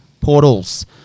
portals